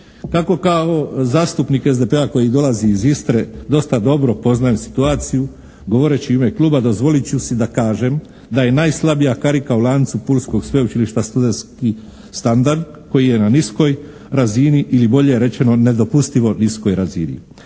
Kako kao zastupnik SDP koji dolazi iz Istre dosta dobro poznajem situaciju, govoreći u ime Kluba, dozvolit ću si da kažem da je najslabija karika u lancu Pulskog sveučilišta studentski standard koji je na niskoj razini ili bolje rečeno nedopustivo niskoj razini.